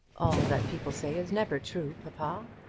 all that people say is never true, papa.